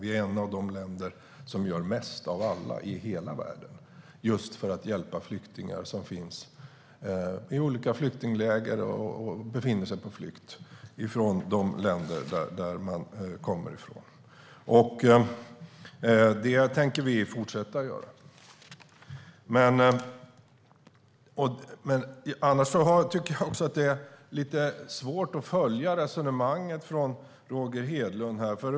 Vi är ett av de länder i världen som gör mest för att hjälpa flyktingar som finns i olika flyktingläger och befinner sig på flykt från de länder de kommer från, och det tänker vi fortsätta att vara. Det är lite svårt att följa Roger Hedlunds resonemang.